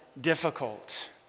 difficult